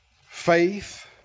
faith